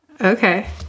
Okay